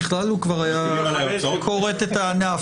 בכלל הוא היה כורת את הענף.